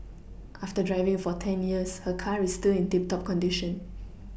after driving for ten years her car is still in tip top condition